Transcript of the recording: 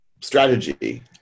strategy